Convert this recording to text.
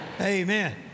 Amen